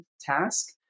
task